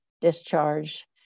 discharge